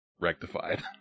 rectified